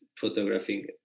photographing